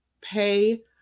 pay